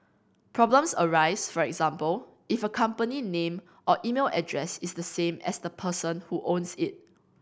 problems arise for example if a company name or email address is the same as the person who owns it